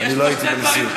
אני לא הייתי בנשיאות.